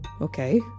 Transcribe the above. Okay